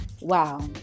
wow